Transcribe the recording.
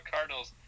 Cardinals